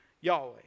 Yahweh